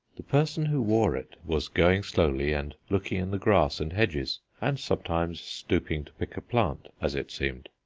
the person who wore it was going slowly, and looking in the grass and hedges, and sometimes stooping to pick a plant, as it seemed.